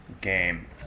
Game